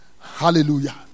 Hallelujah